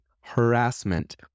harassment